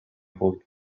fwyd